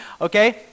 okay